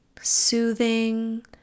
soothing